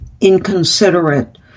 inconsiderate